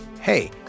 hey